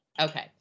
Okay